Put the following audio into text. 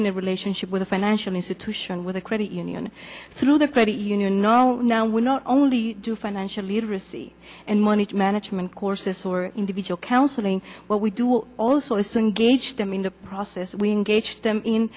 in a relationship with a financial institution with a credit union through the credit union now now we're not only do financial literacy and money management courses or individual counseling what we do also is an gauged them in the process we engage them in